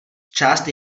část